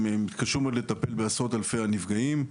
הם יתקשו מאוד לטפל בעשרות אלפי הנפגעים.